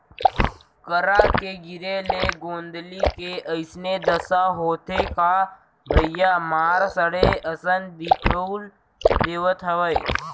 करा के गिरे ले गोंदली के अइसने दसा होथे का भइया मार सड़े असन दिखउल देवत हवय